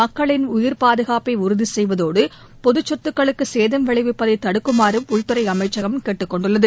மக்களின் உயிர் பாதுகாப்பை உறுதி செய்வதோடு பொது சொத்துக்களுக்கு சேதம் விளைவிப்பதை தடுக்குமாறும் உள்துறை அமைச்சகம் கேட்டுக் கொண்டுள்ளது